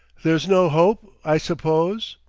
there's no hope, i suppose?